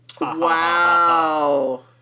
Wow